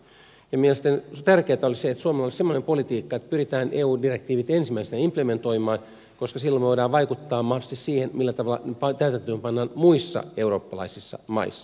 mielestäni tärkeätä olisi se että suomella olisi semmoinen politiikka että pyritään eu direktiivit ensimmäisenä implementoimaan koska silloin me voimme vaikuttaa mahdollisesti siihen millä tavalla ne pannaan täytäntöön muissa eurooppalaisissa maissa